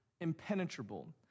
impenetrable